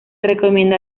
recomienda